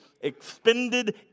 expended